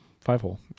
five-hole